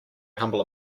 humble